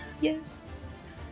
Yes